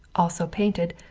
also painted,